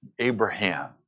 Abraham